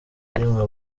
rimwe